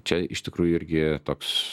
čia iš tikrųjų irgi toks